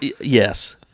Yes